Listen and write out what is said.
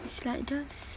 it's like just